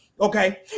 okay